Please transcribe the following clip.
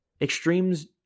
Extremes